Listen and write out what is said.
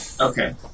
Okay